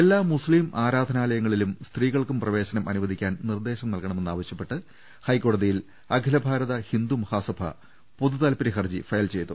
എല്ലാ മുസ്തീംഗ്ആരാധനാലയങ്ങളിലും സ്ത്രീകൾക്കും പ്രവേശനം അനുവദിക്കാൻ നിർദേശം നൽകണമെന്നാവശ്യപ്പെട്ട് ഹൈക്കോടതിയിൽ അഖില ഭാരത ഹിന്ദു മഹാസഭ പൊതുതാൽപര്യ ഹർജി ഫയൽ ചെയ്തു